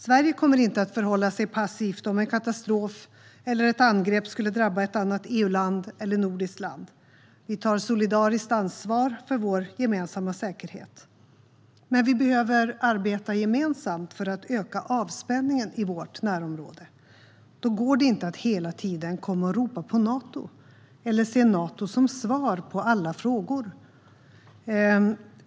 Sverige kommer inte att förhålla sig passivt om en katastrof eller ett angrepp skulle drabba ett annat EU-land eller ett nordiskt land. Vi tar solidariskt ansvar för vår gemensamma säkerhet. Men vi behöver arbeta gemensamt för att öka avspänningen i vårt närområde. Då går det inte att hela tiden ropa på Nato eller att se Nato som svar på alla frågor.